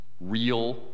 real